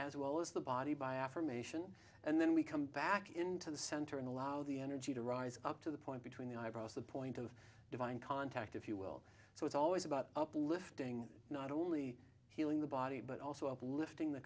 as well as the body by affirmation and then we come back into the center and allow the energy to rise up to the point between the eyebrows the point of divine contact if you will so it's always about up lifting not only healing the body but also of lifting the